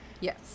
Yes